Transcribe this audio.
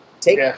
take